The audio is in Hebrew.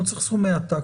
לא צריך סכומי עתק,